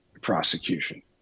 prosecution